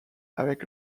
avec